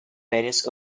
various